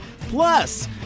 Plus